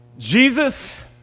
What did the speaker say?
Jesus